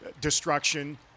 destruction